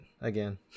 again